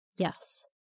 Yes